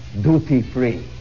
duty-free